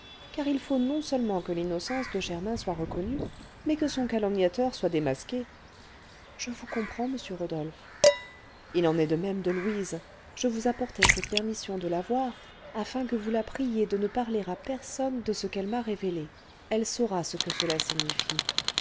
car il faut non-seulement que l'innocence de germain soit reconnue mais que son calomniateur soit démasqué je vous comprends monsieur rodolphe il en est de même de louise je vous apportais cette permission de la voir afin que vous la priiez de ne parler à personne de ce qu'elle m'a révélé elle saura ce que cela signifie